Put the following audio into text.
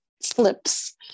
slips